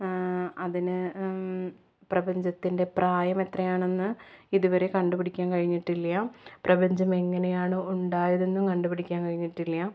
അതിന് പ്രപഞ്ചത്തിൻ്റെ പ്രായമെത്രയാണെന്ന് ഇത് വരെ കണ്ടുപിടിക്കാൻ കഴിഞ്ഞിട്ടില്ല പ്രപഞ്ചമെങ്ങനെയാണ് ഉണ്ടായതെന്നും കണ്ടുപിടിക്കാൻ കഴിഞ്ഞിട്ടില്ല